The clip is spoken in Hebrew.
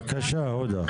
בבקשה, הודא.